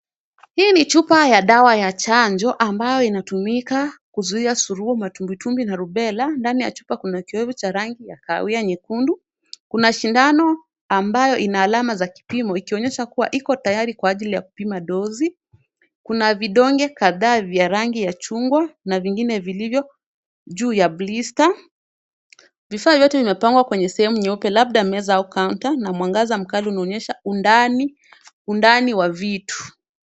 Hii ni chupa ya dawa ya chanjo ambayo inatumika kuzuia surua, matumbwitumbwi na rubela na ndani ya chupa kuna kiowevu cha rangi ya kahawia nyekundu. Kuna sindano ambayo ina alama za kipimo ikionyesha kuwa iko tayari kwa ajili ya kupima dosi. Kuna vidonge kadhaa vya rangi ya chungwa na vingine vilivyo juu ya blister . Vifaa vyote vimepangwa kwenye sehemu nyeupe labda meza au kaunta na mwangaza mkali unaonyesha undani wa vitu.